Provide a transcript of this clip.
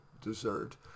dessert